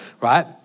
right